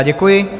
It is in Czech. Děkuji.